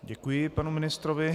Děkuji panu ministrovi.